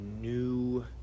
new